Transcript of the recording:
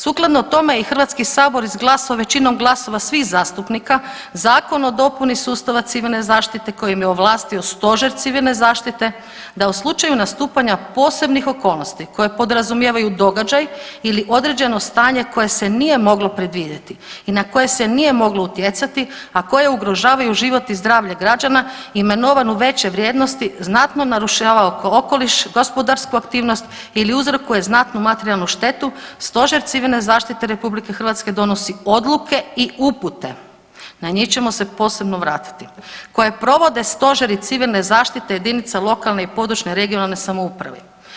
Sukladno tome i HS je izglasao većinom glasova svih zastupnika Zakon o dopuni sustava Civilne zaštite kojim je ovlastio Stožer civilne zaštite da u slučaju nastupanja posebnih okolnosti koji podrazumijevaju događaj ili određeno stanje koje se nije moglo predvidjeti i na koje se nije moglo utjecati, a koje ugrožavaju život i zdravlje građana imenovan u veće vrijednosti znatno narušavao okoliš, gospodarsku aktivnost ili uzrokuje znatnu materijalnu štetu Stožer civilne zaštite RH donosi odluke i upute, na njih ćemo se posebno vratiti, koje provode stožeri civilne zaštite jedinice lokalne i područne (regionalne) samouprave.